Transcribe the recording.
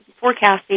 forecasting